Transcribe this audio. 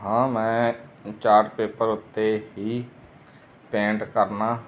ਹਾਂ ਮੈਂ chart paper ਉੱਤੇ ਹੀ ਪੇਂਟ ਕਰਨਾ